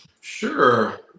Sure